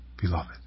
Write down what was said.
beloved